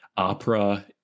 opera